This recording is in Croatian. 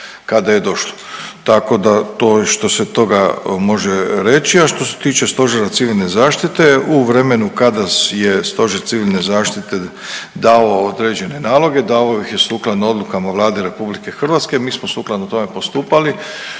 kada je došlo. Tako da to je što se toga može reći. A što se tiče Stožera civilne zaštite u vremenu kada je Stožer civilne zaštite dao određene naloge davao ih je sukladno odlukama Vlade RH, mi smo sukladno tome postupali.